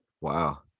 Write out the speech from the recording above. Wow